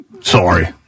Sorry